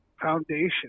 foundation